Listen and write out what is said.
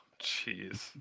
Jeez